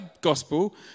gospel